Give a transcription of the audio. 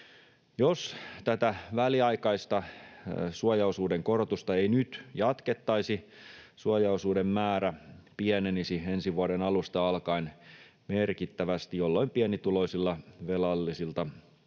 Jos tätä väliaikaista suojaosuuden korotusta ei nyt jatkettaisi, suojaosuuden määrä pienenisi ensi vuoden alusta alkaen merkittävästi, jolloin pienituloisilta velallisilta